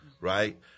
Right